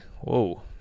whoa